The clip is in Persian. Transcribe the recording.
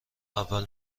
اول